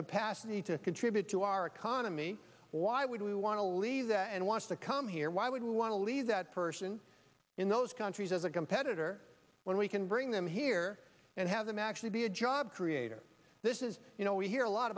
capacity to contribute to our economy why would we want to leave that and want to come here why would we want to leave that person in those countries as a competitor when we can bring them here and have them actually be a job creator this is you know we hear a lot